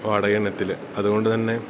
വാടക ഇനത്തിൽ അതുകൊണ്ട് തന്നെ